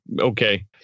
Okay